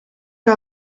que